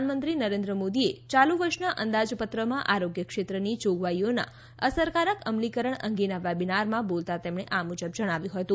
પ્રધાનમંત્રી નરેન્દ્ર મોદીએ ચાલુ વર્ષનાં અંદાજપત્રમાં આરોગ્ય ક્ષેત્રની જોગવાઈઓનાં અસરકારક અમલીકરણ અંગેનાં વેબીનારમાં બોલતાં તેમણે આ મુજબ જણાવ્યું હતું